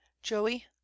joey